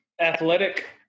athletic